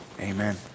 amen